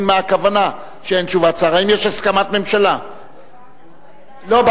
התשס"ט 2009,